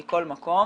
מכל מקום